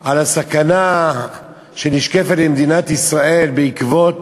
על הסכנה שנשקפת למדינת ישראל בעקבות